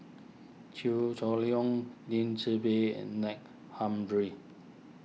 Chew Hock Leong Lim Tze Peng and Nack Humphreys